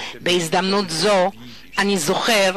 בהזדמנות זו, אני זוכר